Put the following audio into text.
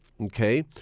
Okay